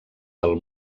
del